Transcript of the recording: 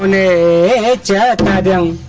ah a little